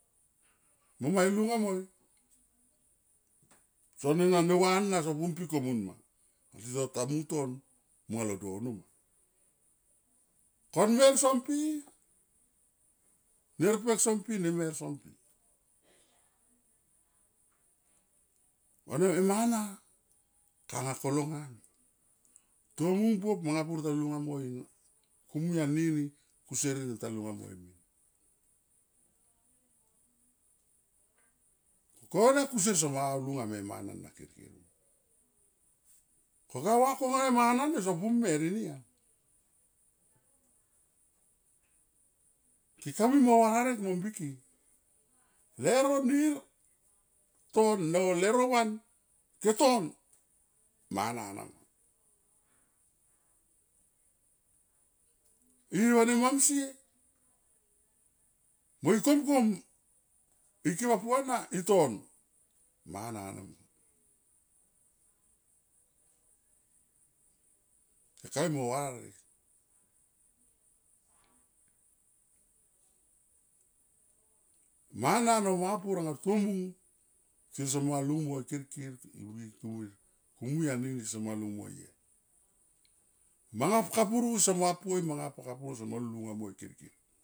Moma i lunga moi soni ne va na sompu pi komun ma tito ta mung ton monga lo dono ma. Kon mer son pi ner pek son pi nemer son pi va e mana kanga kolonga na tomung buop manga pur ta lunga moi kumui anini kusier eni ta lunga moi. Ko kone kuse soma lunga me mena na kirkir ko ga va konga e mana ni sompu mer eni ma ke ka mui mo vara rek mo mbike leuro nir ton ne leuro van ke ton mana nama, i va ne mamsie mo ikom kom ike va puana iton, mana nama. Keka mui mo vararek mana no manga pur anga tomung se soma lung moi kirkir tu mui, kumui anini soma lung moi yet. Manga kapuru somo apoi manga ka puru somo lunga moi kirkir.